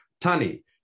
Tani